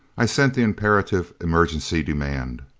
i sent the imperative emergency demand.